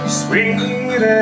sweet